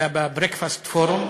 זה היה ב-Breakfast Forum.